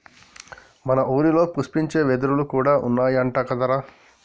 మన ఊరిలో పుష్పించే వెదురులు కూడా ఉన్నాయంట కదరా